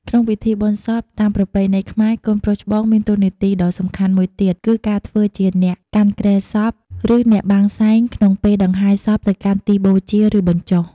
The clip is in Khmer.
ក្នុងពិធីបុណ្យសពតាមប្រពៃណីខ្មែរ កូនប្រុសច្បងមានតួនាទីដ៏សំខាន់មួយទៀត គឺការធ្វើជាអ្នកកាន់គ្រែសព ឬអ្នកបាំងសែងក្នុងពេលដង្ហែសពទៅកាន់ទីបូជា ឬបញ្ចុះ។